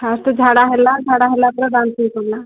first ତ ଝାଡ଼ା ହେଲା ଝାଡ଼ା ହେଲାପରେ ବାନ୍ତି କଲା